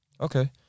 Okay